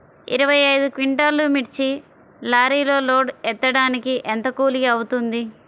ఇరవై ఐదు క్వింటాల్లు మిర్చి లారీకి లోడ్ ఎత్తడానికి ఎంత కూలి అవుతుంది?